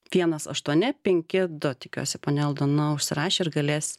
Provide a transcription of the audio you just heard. vienas aštuoni penki du tikiuosi ponia aldona užsirašė ir galės